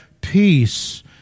Peace